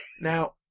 Now